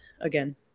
again